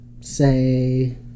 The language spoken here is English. say